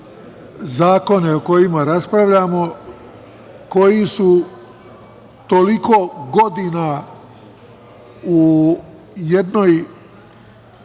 zakone o kojima raspravljamo koji su toliko godina u jednom